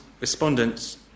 respondents